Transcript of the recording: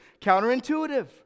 Counterintuitive